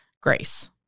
grace